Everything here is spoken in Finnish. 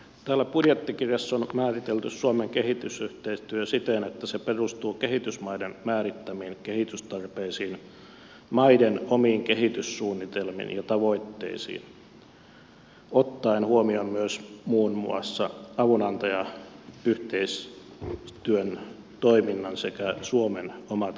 täällä budjettikirjassa on määritelty suomen kehitysyhteistyö siten että se perustuu kehitysmaiden määrittämiin kehitystarpeisiin maiden omiin kehityssuunnitelmiin ja tavoitteisiin ottaen huomioon myös muun muassa avunantajayhteistyön toiminnan sekä suomen omat kehityspoliittiset linjaukset